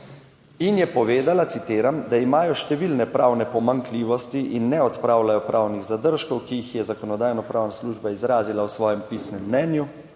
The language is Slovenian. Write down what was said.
in je povedala, citiram: "da imajo številne pravne pomanjkljivosti in ne odpravljajo pravnih zadržkov, ki jih je Zakonodajno-pravna služba izrazila v svojem pisnem mnenju.